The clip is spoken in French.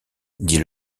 dit